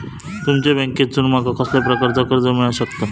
तुमच्या बँकेसून माका कसल्या प्रकारचा कर्ज मिला शकता?